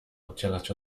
oddzielać